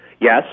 Yes